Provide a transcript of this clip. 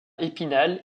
épinal